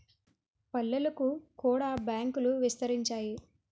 పల్లెలకు కూడా బ్యాంకులు విస్తరించాయి